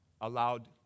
allowed